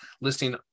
listing